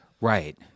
Right